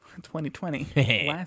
2020